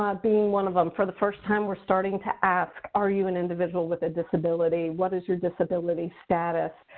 um being one of them. for the first time, we're starting to ask are you an individual with a disability? what is your disability status?